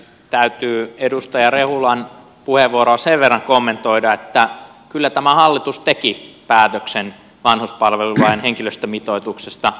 täytyy edustaja rehulan puheenvuoroa sen verran kommentoida että kyllä tämä hallitus teki päätöksen vanhuspalvelulain henkilöstömitoituksesta